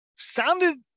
Sounded